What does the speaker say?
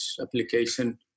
application